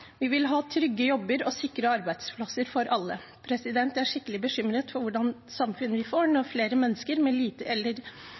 Vi vil ha trygge jobber og sikre arbeidsplasser for alle. Jeg er skikkelig bekymret for hva slags samfunn vi får